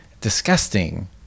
disgusting